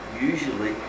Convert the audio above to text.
usually